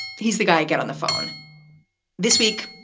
he's the guy. get on the phone this week.